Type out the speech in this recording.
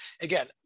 again